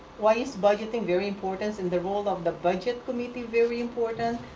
why is budgeting very importance and the role of the budget committee very important?